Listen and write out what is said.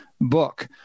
book